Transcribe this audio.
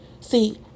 See